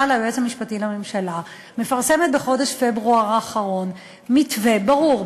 ליועץ המשפטי לממשלה מפרסמת בחודש פברואר האחרון מתווה ברור,